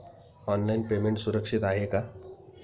Online payment सुरक्षित आहे का?